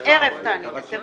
זה ערב תענית אסתר,